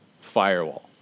firewall